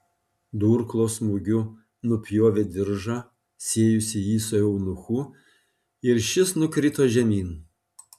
durklo smūgiu nupjovė diržą siejusį jį su eunuchu ir šis nukrito žemyn